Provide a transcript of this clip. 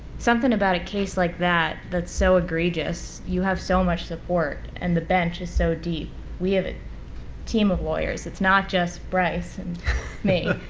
something about a case like that that's so egregious, you have so much support and the bench is so deep we have a team of lawyers. it's not just bryce and me.